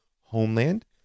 homeland